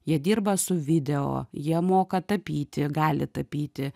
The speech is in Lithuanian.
jie dirba su video jie moka tapyti gali tapyti